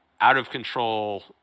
out-of-control